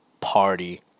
party